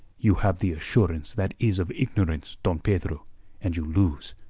you have the assurance that is of ignorance, don pedro and you lose.